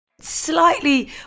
Slightly